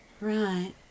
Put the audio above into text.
right